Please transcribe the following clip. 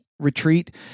retreat